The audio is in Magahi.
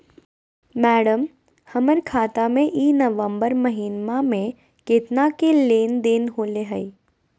मैडम, हमर खाता में ई नवंबर महीनमा में केतना के लेन देन होले है